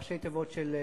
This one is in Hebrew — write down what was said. ראשי תיבות של מפת"ח.